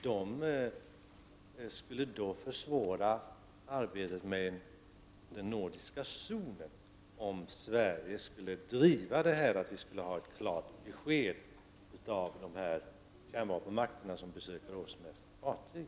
Det skulle alltså försvåra arbetet med den nordiska zonen, om Sverige skulle driva kravet på ett klart besked av de kärnvapenmakter som besöker oss med fartyg.